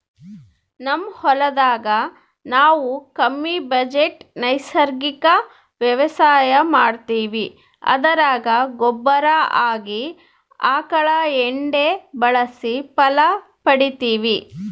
ನಮ್ ಹೊಲದಾಗ ನಾವು ಕಮ್ಮಿ ಬಜೆಟ್ ನೈಸರ್ಗಿಕ ವ್ಯವಸಾಯ ಮಾಡ್ತೀವಿ ಅದರಾಗ ಗೊಬ್ಬರ ಆಗಿ ಆಕಳ ಎಂಡೆ ಬಳಸಿ ಫಲ ಪಡಿತಿವಿ